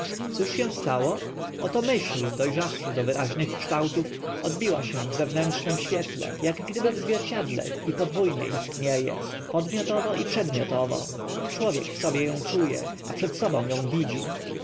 cóż się stało oto myśl do rzawszy do wyraźnych kształtów odbiła się w zewnętrznym świetle ak gdyby w zwierciedle i podwó nie istnie e podmiotowo i przedmiotowo człowiek w sobie ą czu e a przed sobą ą widzi